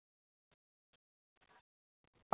तां केह् नौ बजे आई जाओ सर